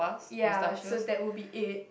ya so that would be it